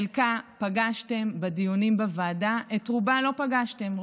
את חלקה פגשתם בדיונים בוועדה, את רובה לא פגשתם.